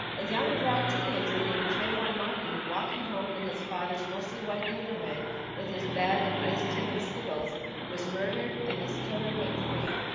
a young black teenager named trayvon martin walking home in his father's mostly white neighborhood with his bag of iced tea and skittles was murdered and his killer went free.